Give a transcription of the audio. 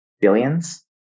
Billions